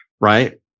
right